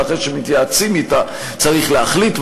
ואחרי שמתייעצים אתה צריך להחליט,